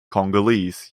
congolese